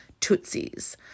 Tutsis